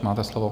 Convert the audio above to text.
Máte slovo.